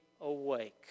awake